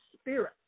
spirit